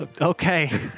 Okay